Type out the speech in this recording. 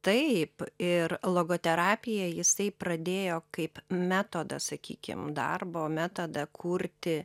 taip ir logoterapiją jisai pradėjo kaip metodą sakykim darbo metodą kurti